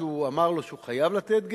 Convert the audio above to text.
הוא אמר לו שהוא חייב לתת גט,